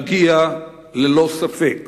תגיע ללא ספק.